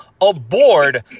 aboard